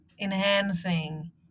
enhancing